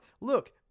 Look